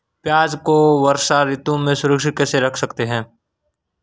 प्याज़ को वर्षा ऋतु में सुरक्षित कैसे रख सकते हैं?